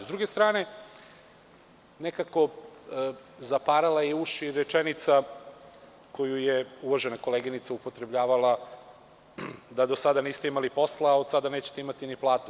Sa druge strane, zaparala je uši rečenica koju je uvažena koleginica upotrebljavala, da do sada niste imali posla, a od sada nećete ni platu.